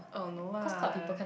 oh no lah